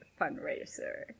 fundraiser